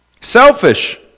Selfish